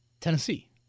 Tennessee